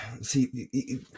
see